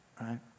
right